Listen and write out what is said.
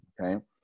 okay